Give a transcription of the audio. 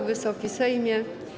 Wysoki Sejmie!